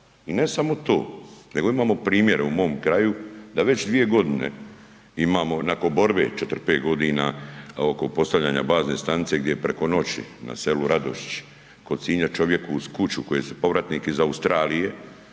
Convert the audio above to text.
I ne samo to nego imamo primjer u mom kraju da već dvije godine imamo onako borbe 4-5 godina oko postavljanja bazne stanice gdje je preko noći na selu Radošići kod Sinja čovjeku uz kuću koji je povratnik iz Australije